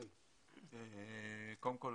קודם כל,